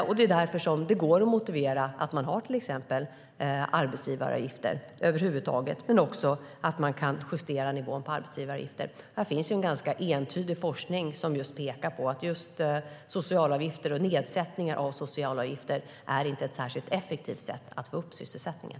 Det är också därför det går att motivera att man har till exempel arbetsgivaravgifter - både att man har dem över huvud taget och att man kan justera nivån på dem. Här finns en ganska entydig forskning som pekar på att nedsättningar av sociala avgifter inte är ett särskilt effektivt sätt att få upp sysselsättningen.